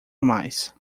mais